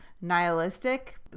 nihilistic